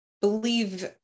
believe